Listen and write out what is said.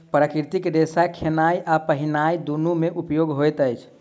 प्राकृतिक रेशा खेनाय आ पहिरनाय दुनू मे उपयोग होइत अछि